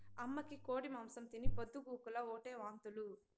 అమ్మకి కోడి మాంసం తిని పొద్దు గూకులు ఓటే వాంతులు